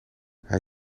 hij